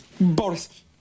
Boris